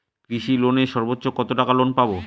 কৃষি লোনে সর্বোচ্চ কত টাকা লোন পাবো?